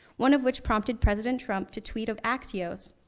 one of which, prompted president trump to tweet of axios,